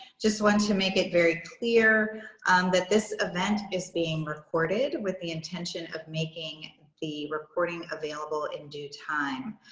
just want to make it very clear that this event is being recorded with the intention of making the recording available in due time.